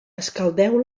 escaldeu